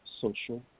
Social